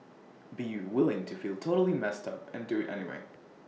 be willing to feel totally messed up and do IT anyway